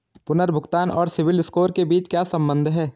पुनर्भुगतान और सिबिल स्कोर के बीच क्या संबंध है?